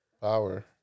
Power